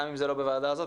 גם אם זה לא בוועדה הזו,